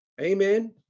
Amen